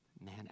man